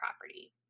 property